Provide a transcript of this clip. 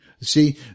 See